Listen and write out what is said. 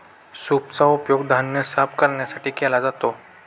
सूपचा उपयोग धान्य साफ करण्यासाठी केला जातो